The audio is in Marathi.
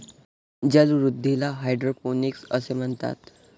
जलवृद्धीला हायड्रोपोनिक्स असे म्हणतात